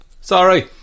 sorry